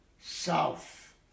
South